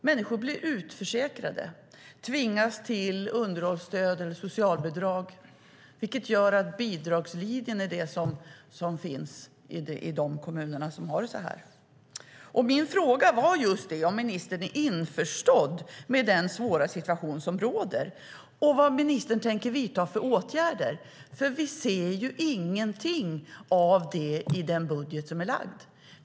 Människor blir utförsäkrade och tvingas till underhållsstöd eller socialbidrag, vilket gör att bidragslinjen är det som gäller i de kommuner som har det så här. Min fråga var om ministern är införstådd med den svåra situation som råder och vad ministern tänker vidta för åtgärder. Vi ser ingenting av det i den budget som är framlagd.